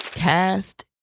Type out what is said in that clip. Cast